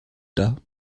dar